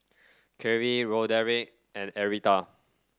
Carey Roderick and Arietta